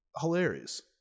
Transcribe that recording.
Hilarious